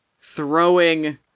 throwing